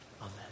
Amen